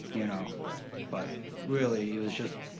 you know but really it was just,